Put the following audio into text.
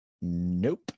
Nope